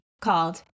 called